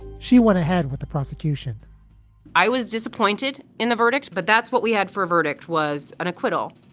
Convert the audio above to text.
she went ahead with the prosecution i was disappointed in the verdict, but that's what we had for a verdict, was an acquittal.